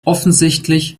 offensichtlich